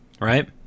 right